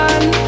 One